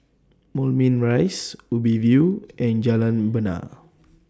Moulmein Rise Ubi View and Jalan Bena